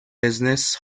business